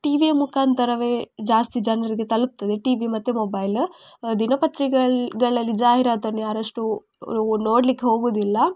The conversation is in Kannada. ಟಿವಿಯ ಮುಖಾಂತರವೇ ಜಾಸ್ತಿ ಜನರಿಗೆ ತಲುಪ್ತದೆ ಟಿವಿ ಮತ್ತೆ ಮೊಬೈಲ್ ದಿನಪತ್ರಿಗಳಲ್ಲಿ ಜಾಹಿರಾತನ್ನ ಯಾರಷ್ಟು ನೋಡ್ಲಿಕ್ಕೆ ಹೋಗುವುದಿಲ್ಲ